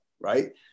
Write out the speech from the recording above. right